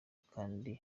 kandi